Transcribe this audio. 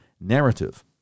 narrative